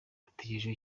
ategerejwe